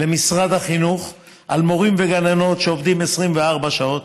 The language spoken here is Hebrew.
למשרד החינוך, על מורים וגננות שעובדים 24 שעות.